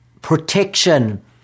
protection